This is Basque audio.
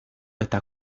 eta